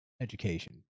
Education